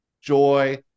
Joy